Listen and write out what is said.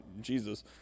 Jesus